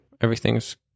everything's